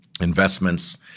investments